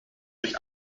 durch